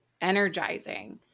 energizing